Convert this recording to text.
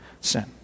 sin